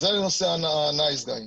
אז זה נושא הנייס גאי.